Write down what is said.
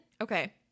okay